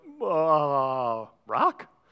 Rock